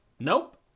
Nope